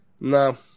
no